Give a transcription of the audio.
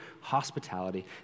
hospitality